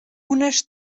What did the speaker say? unes